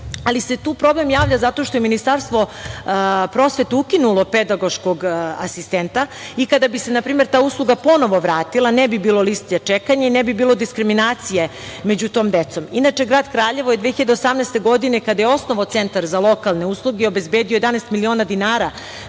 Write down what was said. Ali, tu se problem javlja zato što je Ministarstvo prosvete ukinulo pedagoškog asistenta i kada bi se, na primer, ta usluga ponovo vratila ne bi bilo liste čekanja i ne bi bilo diskriminacije među tom decom. Inače, grad Kraljevo je 2018. godine kada je osnovao Centar za lokalne usluge obezbedio 11 miliona dinara